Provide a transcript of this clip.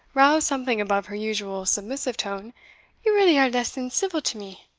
roused something above her usual submissive tone ye really are less than civil to me.